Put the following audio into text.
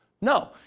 No